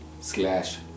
slash